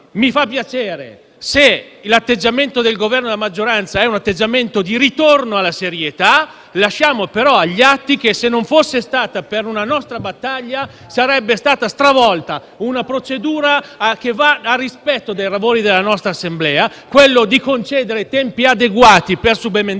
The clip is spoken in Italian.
Mi fa piacere se l'atteggiamento del Governo e della maggioranza è di ritorno alla serietà; lasciamo però agli atti che, se non fosse stato per una nostra battaglia, sarebbe stata stravolta una procedura che va nel rispetto dei lavori dell'Assemblea, quella di concedere tempi adeguati per subemendare